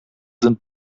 sind